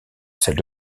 celle